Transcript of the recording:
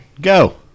Go